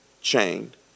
chained